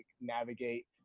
navigate